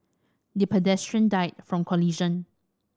the pedestrian died from collision